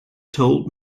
told